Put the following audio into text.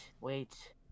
wait